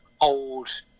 old